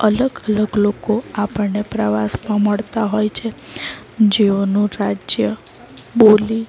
અલગ અલગ લોકો આપણને પ્રવાસમાં મળતા હોય છે જેઓનું રાજ્ય બોલી